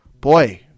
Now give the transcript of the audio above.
boy